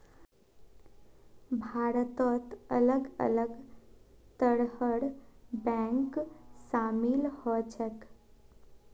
भारतत अलग अलग तरहर बैंक शामिल ह छेक